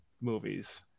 movies